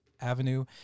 avenue